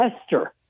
esther